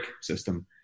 system